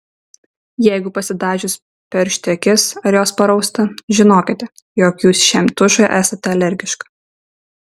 jeigu pasidažius peršti akis ar jos parausta žinokite jog jūs šiam tušui esate alergiška